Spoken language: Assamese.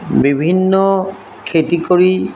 বিভিন্ন খেতি কৰি